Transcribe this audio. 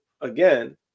again